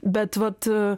bet vat